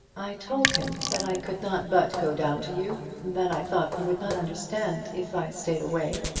i told him that i could not but go down to you that i thought you would not understand if i stayed away.